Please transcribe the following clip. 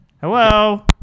Hello